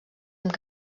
amb